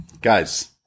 Guys